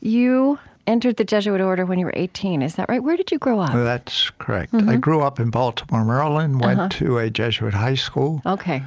you entered the jesuit order when you were eighteen, is that right? where did you grow up? that's correct. i grew up in baltimore, maryland, went to a jesuit high school okay